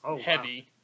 heavy